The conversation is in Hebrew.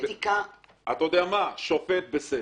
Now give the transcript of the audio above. בסדר,